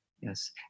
yes